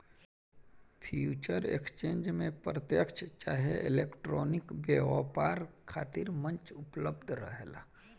future exchange में प्रत्यकछ चाहे इलेक्ट्रॉनिक व्यापार खातिर मंच उपलब्ध रहेला